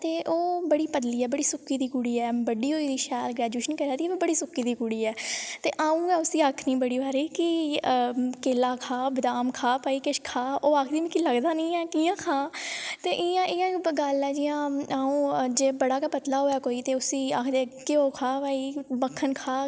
ते ओह् बड़ी पतली ऐ बड़ी सुक्की दी कुड़ी ऐ बड्डी होई दी शैल ग्रेजुऐशन करा दी ऐ पर बड़ी सुक्की दी कुड़ी ऐ ते अ'ऊं गै उसी आक्खनी बड़ी बारी कि केला खा बदाम खा भई किश खा ओह् आखदी मिगी किश लगदा निं ऐ ते कि'यां खां ते इ'यां इ'यां गल्ल ऐ जियां अ'ऊं जे बड़ा गै पतला होऐ कोई ते उसी आखदे घ्यो खा भई मक्खन खा